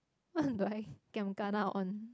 what do I giam kena on